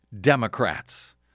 Democrats